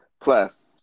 Plus